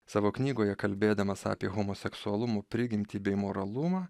savo knygoje kalbėdamas apie homoseksualumo prigimtį bei moralumą